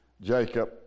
Jacob